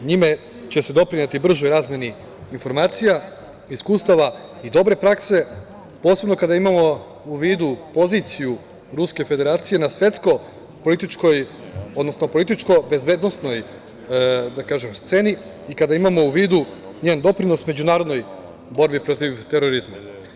Njime će se doprineti bržoj razmeni informacija, iskustava i dobre prakse, posebno kada imamo u vidu poziciju Ruske Federacije na političko-bezbednosnoj sceni i kada imamo u vidu njen doprinos međunarodnoj borbi protiv terorizma.